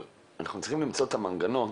אנחנו צריכים למצוא את המנגנון,